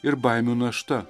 ir baimių našta